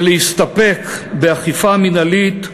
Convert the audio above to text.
ולהסתפק באכיפה מינהלית,